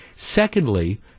Secondly